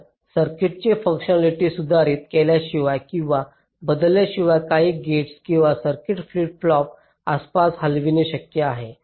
तर सर्किटची फुंकशनॅलिटी सुधारित केल्याशिवाय किंवा बदलल्याशिवाय काही गेट्स किंवा सर्किट फ्लिप फ्लॉपच्या आसपास हलविणे शक्य आहे